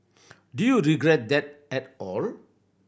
do you regret that at all